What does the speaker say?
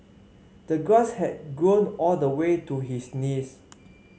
the grass had grown all the way to his knees